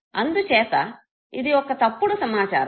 అందుచేత ఇది ఒక తప్పుడు సమాచారం